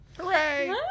Hooray